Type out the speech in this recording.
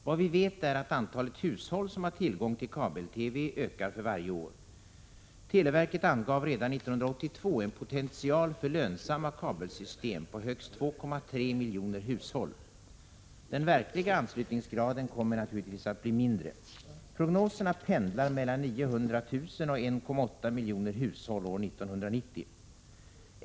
Vad vi vet är att antalet hushåll som har tillgång till kabel-TV ökar för varje år. Televerket angav redan 1982 en potential för lönsamma kabelsystem på högst 2,3 miljoner hushåll. Den verkliga anslutningsgraden kommer naturligtvis att bli lägre. Prognoserna pendlar mellan 900 000 och 1,8 miljoner hushåll år 1990.